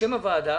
בשם הוועדה,